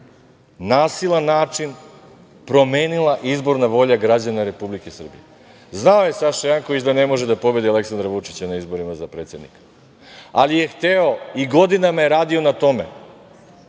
nasilan način promenila izborna volja građana Republike Srbije. Znao je Saša Janković da ne može da pobedi Aleksandra Vučića na izborima za predsednika, ali je hteo i godinama je radio na tome